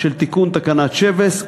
של תיקון תקנת שבס.